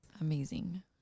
amazing